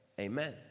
Amen